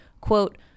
Quote